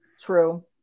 True